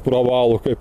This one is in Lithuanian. pravalo kaip